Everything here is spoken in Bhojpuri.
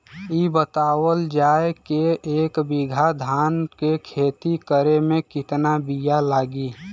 इ बतावल जाए के एक बिघा धान के खेती करेमे कितना बिया लागि?